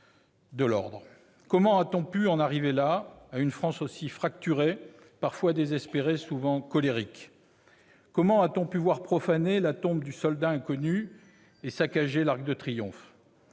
Comment a-t-on pu en arriver là ? À une France aussi fracturée, parfois désespérée, souvent colérique ? Comment a-t-on pu voir profaner la tombe du Soldat inconnu et saccager l'Arc de Triomphe ?